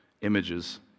images